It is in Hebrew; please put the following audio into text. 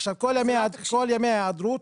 עכשיו, כל ימי ההיעדרות